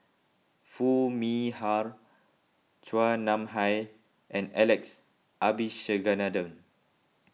Foo Mee Har Chua Nam Hai and Alex Abisheganaden